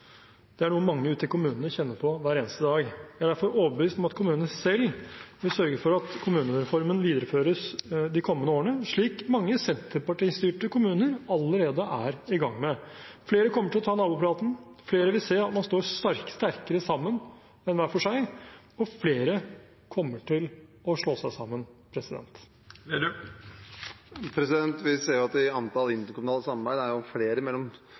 hver eneste dag. Jeg er derfor overbevist om at kommunene selv vil sørge for at kommunereformen videreføres de kommende årene, slik mange Senterparti-styrte kommuner allerede er i gang med. Flere kommer til å ta nabopraten, flere vil se at man står sterkere sammen enn hver for seg, og flere kommer til å slå seg sammen. Vi ser at i antall interkommunale samarbeid er det flere mellom